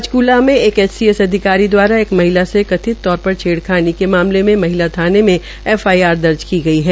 पंचकला में एक एचसीएस अधिकारी दवारा एक महिला से कथित तौर पर छेडखानी के मामले मे महिला थाने में एफआईआर दर्ज की गई है